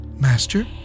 Master